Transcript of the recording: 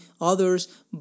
others